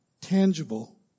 tangible